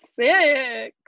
six